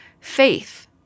Faith